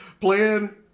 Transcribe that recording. plan